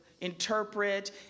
interpret